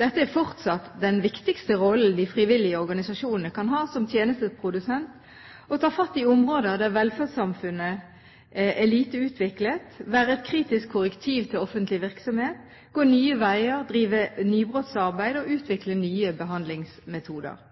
Dette er fortsatt den viktigste rollen de frivillige organisasjonene kan ha som tjenesteprodusent: å ta fatt i områder der velferdssamfunnet er lite utviklet, være kritisk korrektiv til offentlig virksomhet, gå nye veier, drive nybrottsarbeid og utvikle nye behandlingsmetoder.